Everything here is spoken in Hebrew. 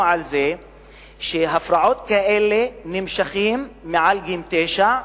על זה שהפרעות כאלה נמשכות מעל גיל תשע,